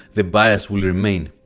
the bias will remain.